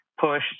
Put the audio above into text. push